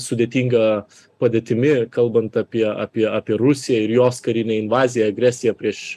sudėtinga padėtimi kalbant apie apie apie rusiją ir jos karinę invaziją agresiją prieš